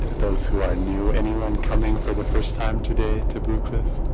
those who are new, anyone coming for the first time today to blue cliff?